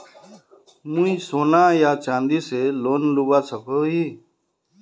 मुई सोना या चाँदी से लोन लुबा सकोहो ही?